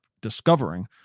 discovering